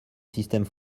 système